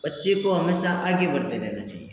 बच्चे को हमेशा आगे भरते रहना चाहिए